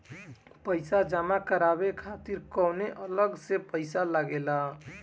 पईसा जमा करवाये खातिर कौनो अलग से पईसा लगेला?